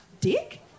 dick